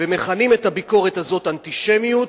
ומכנים את הביקורת הזאת "אנטישמיות",